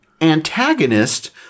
antagonist